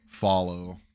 follow